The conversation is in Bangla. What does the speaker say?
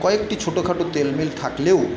কয়েকটি ছোটো খাটো তেল মিল থাকলেও